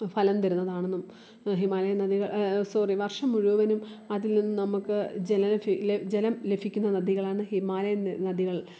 ഫലം തരുന്നതാണെന്നും ഹിമാലയൻ നദികൾ സോറി വർഷം മുഴുവനും അതിൽ നിന്നും നമുക്ക് ജലം ലഭി ജലം ലഭിക്കുന്ന നദികളാണ് ഹിമാലയൻ നദികൾ